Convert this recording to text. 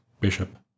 Bishop